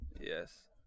yes